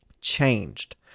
changed